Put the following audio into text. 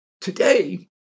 Today